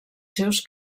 seus